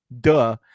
duh